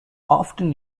often